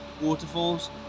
waterfalls